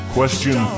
Question